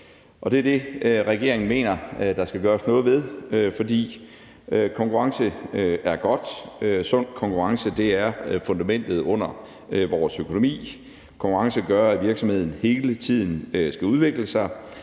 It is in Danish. Det er det, regeringen mener der skal gøres noget ved, for konkurrence er godt. Sund konkurrence er fundamentet under vores økonomi. Konkurrence gør, at virksomheden hele tiden skal udvikle sig,